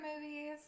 movies